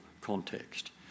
context